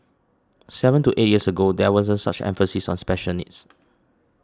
seven to eight years ago there wasn't such emphasis on special needs